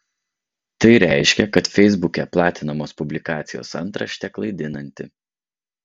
tai reiškia kad feisbuke platinamos publikacijos antraštė klaidinanti